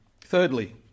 Thirdly